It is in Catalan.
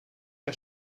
que